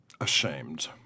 ashamed